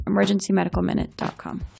emergencymedicalminute.com